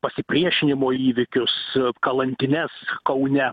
pasipriešinimo įvykius kalantines kaune